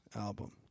album